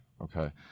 okay